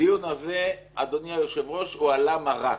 הדיון הזה, אדוני היושב ראש, הוא ה"למה רק"?